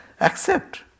accept